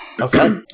Okay